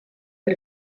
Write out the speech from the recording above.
per